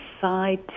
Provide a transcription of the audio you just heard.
side